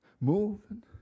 moving